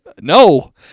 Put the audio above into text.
No